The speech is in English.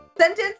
Sentence